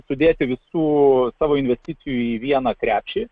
sudėti visų savo investicijų į vieną krepšį